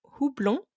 Houblon